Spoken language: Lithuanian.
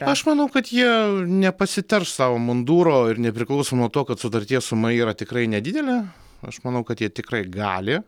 aš manau kad jie nepasiterš savo munduro ir nepriklausomai nuo to kad sutarties suma yra tikrai nedidelė aš manau kad jie tikrai gali